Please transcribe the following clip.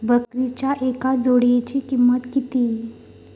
बकरीच्या एका जोडयेची किंमत किती?